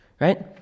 right